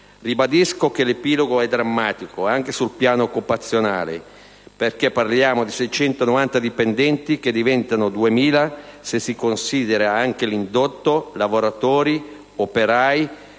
Ribadisco che l'epilogo è drammatico anche sul piano occupazionale, perché parliamo di 690 dipendenti, che diventano 2.000 se si considera anche l'indotto: lavoratori, operai, dipendenti